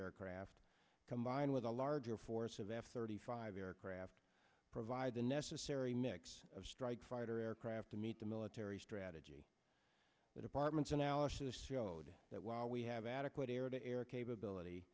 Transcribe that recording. aircraft combined with a larger force of f thirty five aircraft to provide the necessary mix of strike fighter aircraft to meet the military strategy the department's analysis showed that while we have adequate air to air capability